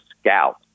scout